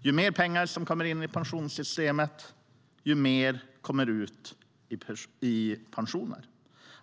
Ju mer pengar som kommer in i pensionssystemet, desto mer kommer ut i form av pensioner.